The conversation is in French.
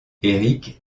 eric